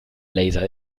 laser